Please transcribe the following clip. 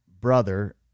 brother